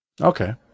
Okay